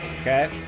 Okay